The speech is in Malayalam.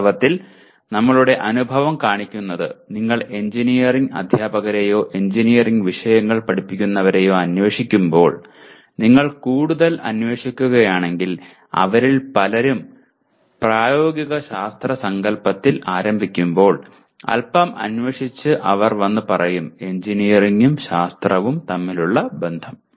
വാസ്തവത്തിൽ നമ്മളുടെ അനുഭവം കാണിക്കുന്നത് നിങ്ങൾ എഞ്ചിനീയറിംഗ് അധ്യാപകരെയോ എഞ്ചിനീയറിംഗ് വിഷയങ്ങൾ പഠിപ്പിക്കുന്നവരെയോ അന്വേഷിക്കുമ്പോൾ നിങ്ങൾ കൂടുതൽ അന്വേഷിക്കുകയാണെങ്കിൽ അവരിൽ പലരും പ്രായോഗിക ശാസ്ത്ര സങ്കൽപ്പത്തിൽ ആരംഭിക്കുമ്പോൾ അല്പം അന്വേഷിച്ച് അവർ വന്ന് പറയും എഞ്ചിനീയറിംഗും ശാസ്ത്രവും തമ്മിലുള്ള ബന്ധം